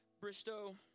Bristow